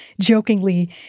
jokingly